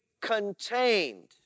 contained